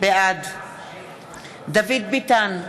בעד דוד ביטן,